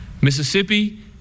Mississippi